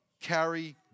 carry